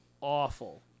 awful